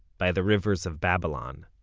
by the rivers of babylon.